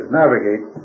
navigate